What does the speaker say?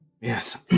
yes